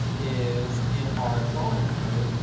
is, in our drawing code,